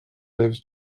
lives